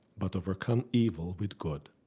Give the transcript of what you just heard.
but overcome evil with good.